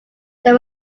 there